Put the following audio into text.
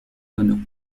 tonneaux